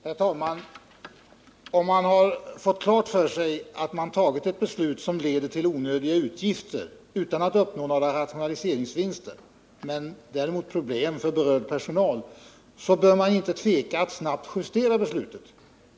Herr talman! Om man har fått klart för sig att man tagit ett beslut som leder till onödiga utgifter utan att man uppnår några rationella vinster men däremot problem för berörd personal, bör man inte tveka att snabbt justera det beslutet.